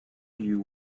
you